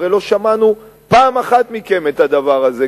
הרי לא שמענו פעם אחת מכם את הדבר הזה.